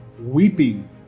weeping